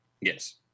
Yes